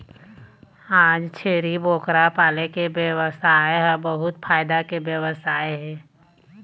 आज छेरी बोकरा पाले के बेवसाय ह बहुत फायदा के बेवसाय हे